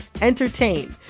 entertain